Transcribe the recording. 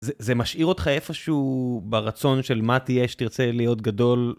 זה משאיר אותך איפשהו ברצון של מה תהיה שתרצה להיות גדול.